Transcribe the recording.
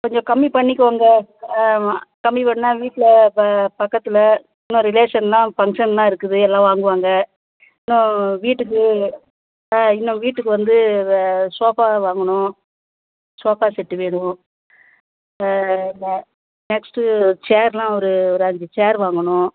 கொஞ்சம் கம்மி பண்ணிக்கோங்க ஆமாம் கம்மி பண்ணிணா வீட்டில் பக்கத்தில் இன்னும் ரிலேஷன்லாம் ஃபங்க்ஷன்லாம் இருக்குது எல்லாம் வாங்குவாங்க இன்னும் வீட்டுக்கு இன்னும் வீட்டுக்கு வந்து சோஃபா வாங்கணும் சோஃபா செட்டு வேணும் இந்த நெக்ஸ்ட்டு சேர்லாம் ஒரு ஒரு அஞ்சு சேர் வாங்கணும்